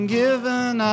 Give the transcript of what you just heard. given